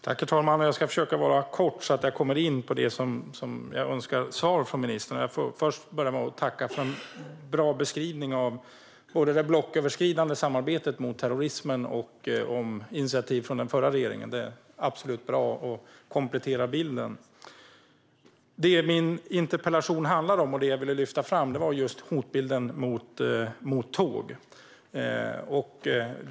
Herr talman! Jag ska försöka fatta mig kort så att jag kommer in på det jag önskar svar på från ministern. Jag får börja med att tacka för en bra beskrivning av både det blocköverskridande samarbetet mot terrorism och initiativen från den förra regeringen; det är absolut bra och kompletterar bilden. I min interpellation ville jag lyfta fram just hotbilden mot tåg.